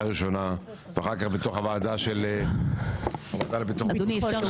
ראשונה ואחר כך בתוך הוועדה של הוועדה לביטחון לאומי --- תגיד,